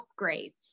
upgrades